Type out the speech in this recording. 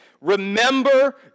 Remember